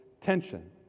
tension